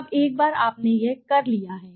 अब एक बार आपने यह कर लिया है